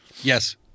Yes